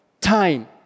Time